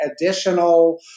additional